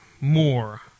more